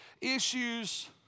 issues